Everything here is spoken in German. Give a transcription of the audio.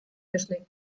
mischling